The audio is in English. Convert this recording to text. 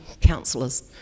councillors